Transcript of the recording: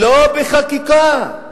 לא בחקיקה.